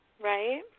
Right